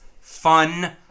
fun